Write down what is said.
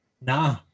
Nah